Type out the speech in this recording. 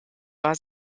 war